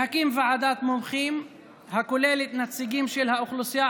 להקים ועדת מומחים הכוללת נציגים של האוכלוסייה